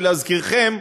שלהזכירכם,